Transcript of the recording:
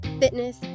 fitness